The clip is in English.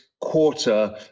Quarter